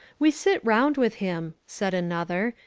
we sit round with him, said another,